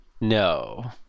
No